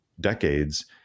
decades